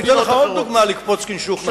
אני אתן לך עוד דוגמה לקפוץ כנשוך נחש.